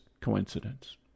coincidence